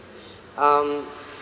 um